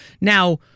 Now